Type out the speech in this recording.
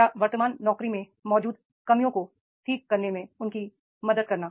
या वर्तमान नौकरी में मौजूद कमियों को ठीक करने में उनकी मदद करना